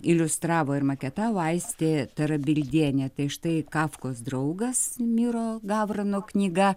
iliustravo ir maketavo aistė tarabildienė tai štai kafkos draugas miro gavrano knyga